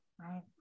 right